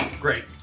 Great